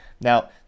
Now